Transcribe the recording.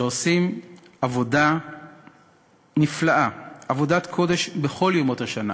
שעושים עבודה נפלאה, עבודת קודש, בכל ימות השנה,